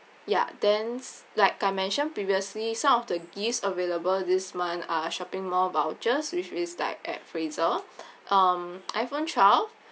ya then like I mentioned previously some of the gifts available this month are shopping mall vouchers which is like at fraser um iphone twelve